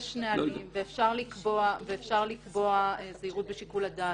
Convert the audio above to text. יש נהלים ואפשר לקבוע זהירות בשיקול הדעת.